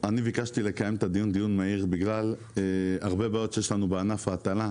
ביקשתי לקיים דיון מהיר בגלל הרבה בעיות שיש לנו בענף ההטלה.